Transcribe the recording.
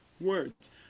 words